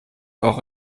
auch